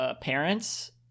parents